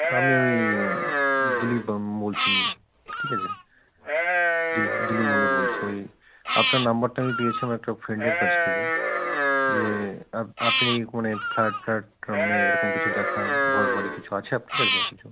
আমি ওই দিলীপবাবু বলছি ঠিক আছে দিলীপ দিলীপ মন্ডল বলছি ওই আপনার নাম্বারটা আমি পেয়েছি আমার একটা ফ্রেন্ডের কাছ থেকে যে আপ আপনি মানে ফ্ল্যাট ফ্ল্যাট মানে এরকম কিছু দেখান ঘর বাড়ি কিছু আছে আপনার কাছে কিছু